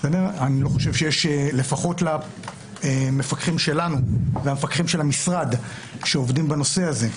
אני לא חושב שיש למפקחים שלנו ולמפקחים של המשרד שעובדים בנושא הזה,